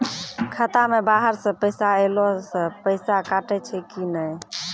खाता मे बाहर से पैसा ऐलो से पैसा कटै छै कि नै?